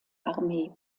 armee